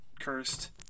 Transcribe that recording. cursed